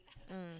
mm